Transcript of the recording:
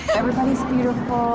everybody's beautiful.